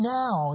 now